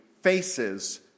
faces